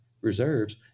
reserves